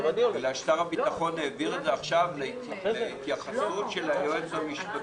בגלל ששר הביטחון העביר את זה עכשיו להתייחסות של היועץ המשפטי.